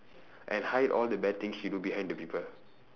and hide all the bad things she do behind the people